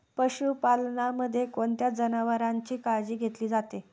पशुपालनामध्ये कोणत्या जनावरांची काळजी घेतली जाते?